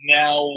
now